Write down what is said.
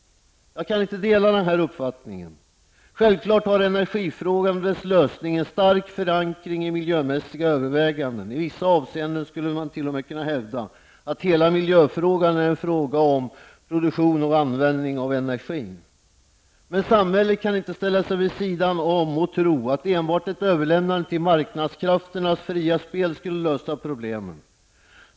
Jag kan inte dela den uppfattningen. Självfallet har energifrågan och dess lösning en stark förankring i miljömässiga överväganden. I vissa avseenden skulle man t.o.m. kunna hävda att hela miljöfrågan är en fråga om produktion och användning av energi. Men samhället kan inte ställa sig vid sidan om och tro att enbart ett överlämnande till marknadskrafternas fria spel skall lösa problemen.